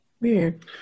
Weird